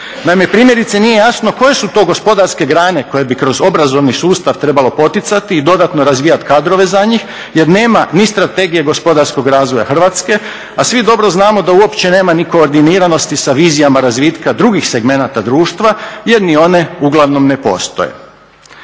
Naime, primjerice nije jasno koje su to gospodarske grane koje bi kroz obrazovni sustav trebalo poticati i dodatno razvijati kadrove za njih jer nema ni strategije gospodarskog razvoja Hrvatske, a svi dobro znamo da uopće nema ni koordiniranosti sa vizijama razvitka drugih segmenata društva jer ni one uglavnom ne postoje.